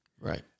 Right